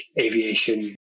aviation